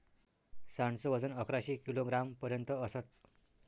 सांड च वजन अकराशे किलोग्राम पर्यंत असत